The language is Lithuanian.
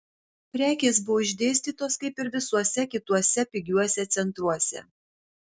prekės buvo išdėstytos kaip ir visuose kituose pigiuose centruose